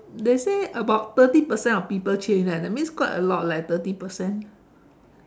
they say about thirty percent of people change leh that's means quite a lot leh thirty percent